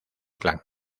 clan